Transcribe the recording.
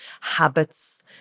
habits